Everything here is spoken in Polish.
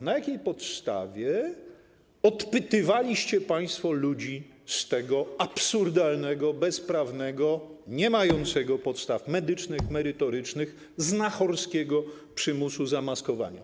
Na jakiej podstawie odpytywaliście państwo ludzi z tego absurdalnego, bezprawnego, niemającego podstaw medycznych i merytorycznych, znachorskiego przymusu zamaskowania?